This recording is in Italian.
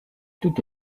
tutto